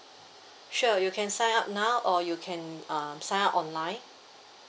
sure you can sign up now or you can uh sign up online